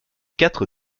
quatre